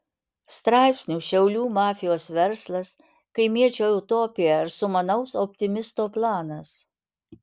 straipsnių šiaulių mafijos verslas kaimiečio utopija ar sumanaus optimisto planas